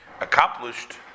accomplished